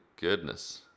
goodness